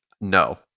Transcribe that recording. no